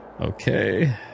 Okay